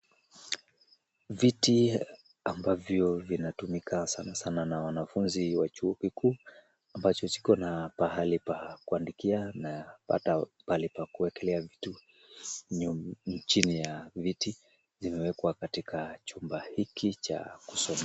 Viti ambavyo vinatumika sanasana na wanafunzi wa chuo kikuu ambacho kikona pahali pa kuandikia na hata pale pa kuekelea vitu chini ya viti zimewekwa katika chumba hiki cha kusomea.